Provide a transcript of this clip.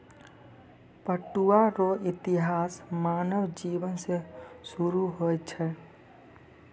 पटुआ रो इतिहास मानव जिवन से सुरु होय छ